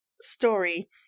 story